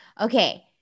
okay